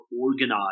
organized